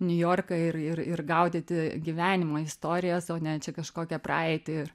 niujorką ir ir ir gaudyti gyvenimo istorijas o ne čia kažkokią praeitį ir